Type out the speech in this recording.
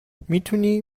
میتونی